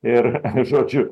ir žodžiu